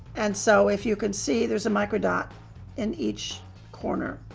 and so if you can see there's a microdot in each corner.